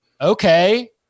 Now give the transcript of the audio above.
okay